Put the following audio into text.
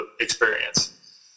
experience